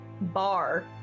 bar